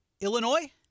Illinois